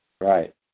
Right